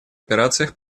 операциях